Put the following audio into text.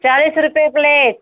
चालीस रुपये प्लेट